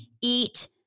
eat